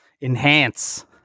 Enhance